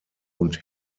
und